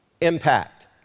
impact